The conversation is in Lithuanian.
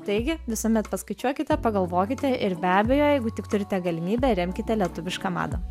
taigi visuomet paskaičiuokite pagalvokite ir be abejo jeigu tik turite galimybę remkite lietuvišką madą